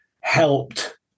helped